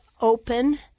open